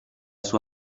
sua